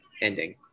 ending